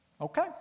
Okay